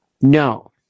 No